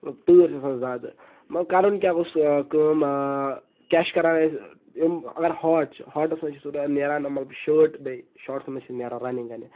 تۭر چھِ آسان زیادٕ مطلب کَرُن کیاہ گوٚژھ کٲم مطلب کیاہ چھِ کران أسۍ مطلب أمۍ اَگر ہاٹ چھِ ہاٹَس منٛز چھِ مطلب نیران مطلب شٲٹ بیٚیہِ شاٹسن منٛز چھِ نیران مطلب رَننِگ